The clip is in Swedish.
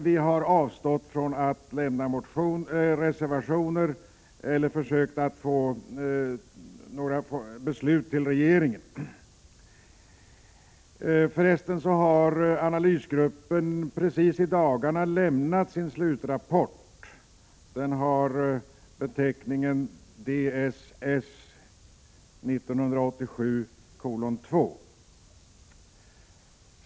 Vi har avstått från att lämna reservationer eller att få några beslut från regeringen. Analysgruppen har nu i dagarna lämnat sin slutrapport. Den har beteckningen Ds S 1987:2.